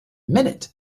minute